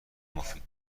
مفید